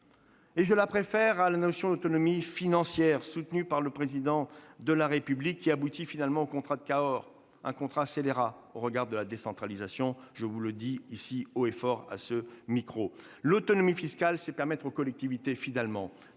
et je la préfère à la notion d'autonomie financière, soutenue par le Président de la République, qui aboutit finalement au contrat de Cahors, un contrat scélérat au regard de la décentralisation- je vous le dis ici haut et fort, à cette tribune. L'autonomie fiscale, c'est finalement permettre aux collectivités de décider librement ce